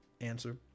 answer